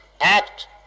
act